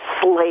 slave